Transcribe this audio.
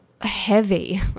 heavy